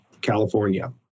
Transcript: California